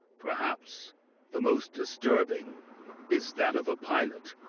perhaps the most disturbing is that of a pilot,